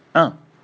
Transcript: ah